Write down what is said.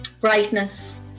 brightness